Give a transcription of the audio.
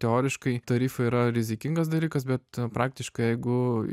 teoriškai tarifai yra rizikingas dalykas bet praktiškai jeigu